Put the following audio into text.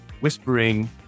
whispering